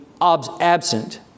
absent